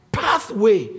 pathway